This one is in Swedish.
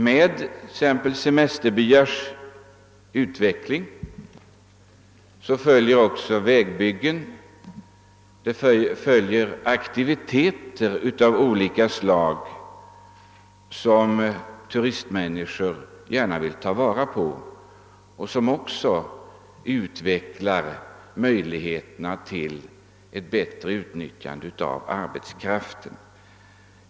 Med utvecklingen av semesterbyar följer också vägbyggen och andra aktiviteter av olika slag, som turistfolket gärna vill utnyttja och som dessutom förbättrar möjligheterna att utnyttja arbetskraften.